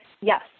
Yes